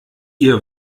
ihr